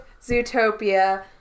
Zootopia